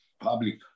public